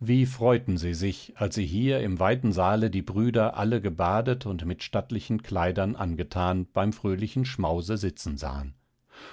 wie freuten sie sich als sie hier im weiten saale die brüder alle gebadet und mit stattlichen kleidern angethan beim fröhlichen schmause sitzen sahen